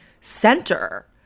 center